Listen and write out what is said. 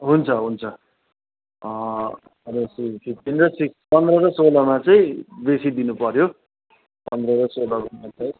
हुन्छ हुन्छ अब फिफ्टिन र सिक्सटिन पन्ध्र र सोह्रमा चाहिँ बेसी दिनु पर्यो पन्ध्र र सोह्रमा चाहिँ